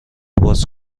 باز